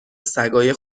سگای